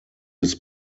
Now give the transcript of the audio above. his